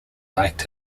liked